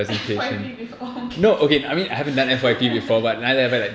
F_Y_P before